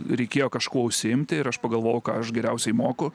reikėjo kažkuo užsiimti ir aš pagalvojau ką aš geriausiai moku